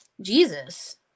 Jesus